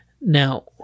Now